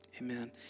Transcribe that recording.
Amen